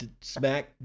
smack